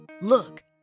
Look